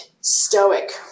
stoic